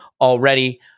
already